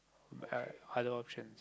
but other options